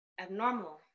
abnormal